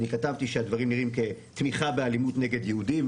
אני כתבתי שהדברים נראים כתמיכה באלימות נגד יהודים,